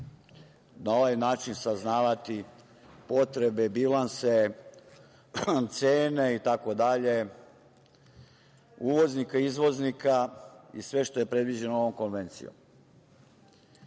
na ovaj način saznavati potrebe, bilanse, cene, itd. uvoznika, izvoznika i sve što je predviđeno ovom Konvencijom.